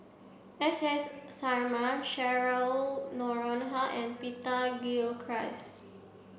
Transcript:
S S Sarma Cheryl Noronha and Peter Gilchrist